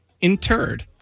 interred